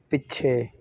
ਪਿੱਛੇ